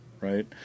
right